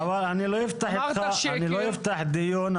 אבל אני לא אפתח דיון,